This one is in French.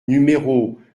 numéros